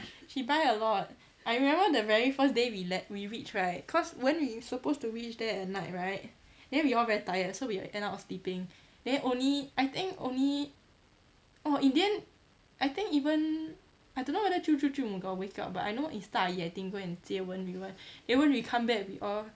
she buy a lot I remember the very first day we le~ we reach right cause wenyu supposed to reach there at night right then we all very tired so we end up sleeping then only I think only oh in the end I think even I don't know whether 舅舅舅母 got wake up but I know is 大姨 I think go and 接 wenyu [one] then wenyu come back we all